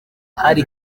hari